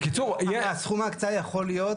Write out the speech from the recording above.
סכום ההקצאה יכול להיות,